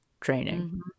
training